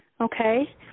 okay